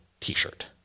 t-shirt